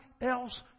else